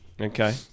Okay